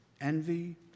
envy